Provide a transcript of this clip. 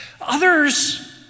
Others